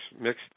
mixed